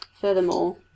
Furthermore